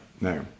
no